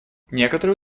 некоторые